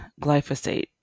Glyphosate